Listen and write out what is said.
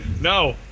no